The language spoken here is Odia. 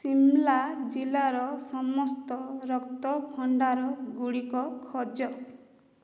ଶିମ୍ଲା ଜିଲ୍ଲାର ସମସ୍ତ ରକ୍ତଭଣ୍ଡାର ଗୁଡ଼ିକ ଖୋଜ